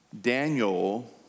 Daniel